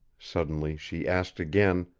suddenly she asked again,